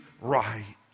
right